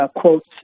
quotes